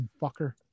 fucker